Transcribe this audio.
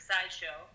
Sideshow